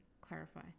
clarify